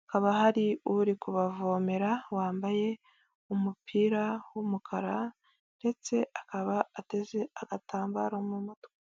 hakaba hari uri kubavomera wambaye umupira w'umukara ndetse akaba ateze agatambaro mu mutwe.